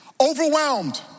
overwhelmed